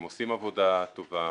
הם עושים עבודה טובה,